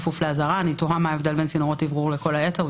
אני תוהה מה ההבדל בין צינורות אוורור לכל היתר.